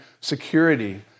security